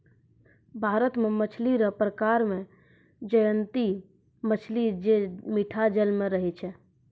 भारत मे मछली रो प्रकार मे जयंती मछली जे मीठा जल मे रहै छै